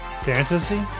fantasy